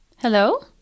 Hello